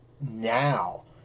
now